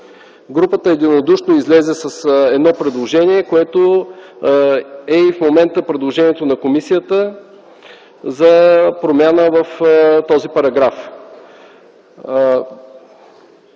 Групата единодушно излезе с едно предложение, което е и в момента предложението на комисията, за промяна в този параграф.